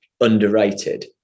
underrated